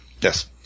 Yes